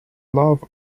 love